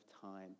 time